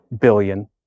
billion